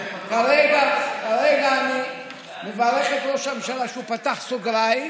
כרגע אני מברך את ראש הממשלה שהוא פתח סוגריים,